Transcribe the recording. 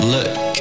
Look